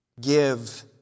give